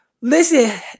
Listen